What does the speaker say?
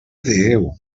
déu